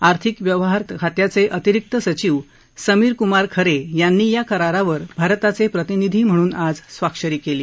आर्थिक व्यवहार खात्याचे अतिरिक्त सचिव समीर कुमार खरे यांनी या करारावर भारताचे प्रतिनिधी म्हणून आज स्वाक्षरी केली